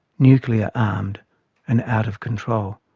nuclear-armed and out of control.